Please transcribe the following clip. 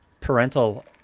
parental